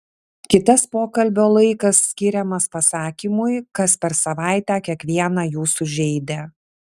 kitas pokalbio laikas skiriamas pasakymui kas per savaitę kiekvieną jūsų žeidė